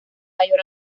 mayor